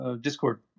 Discord